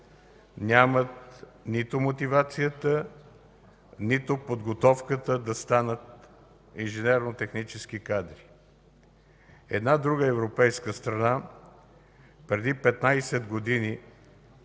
нямат нито мотивацията, нито подготовката да станат инженерно-технически кадри. Една друга европейска страна преди 15 години,